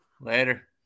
Later